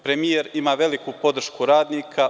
Premijer ima veliku podršku radnika.